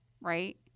right